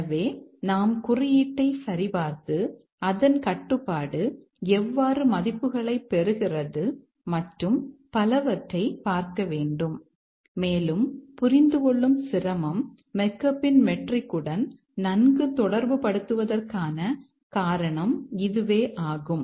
எனவே நாம் குறியீட்டைச் சரிபார்த்து அதன் கட்டுப்பாடு எவ்வாறு மதிப்புகளைப் பெறுகிறது மற்றும் பலவற்றைப் பார்க்க வேண்டும் மேலும் புரிந்துகொள்ளும் சிரமம் மெக்காபின் மெட்ரிக்குடன் நன்கு தொடர்புபடுத்தப்படுவதற்கான காரணம் இதுவே ஆகும்